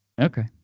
Okay